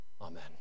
Amen